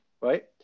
right